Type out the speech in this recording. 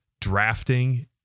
drafting